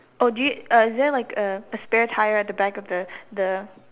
oh jeep uh is there like a a spare tire at the back of the the